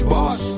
Boss